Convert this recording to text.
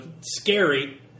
scary